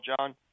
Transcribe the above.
John